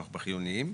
בחיוניים?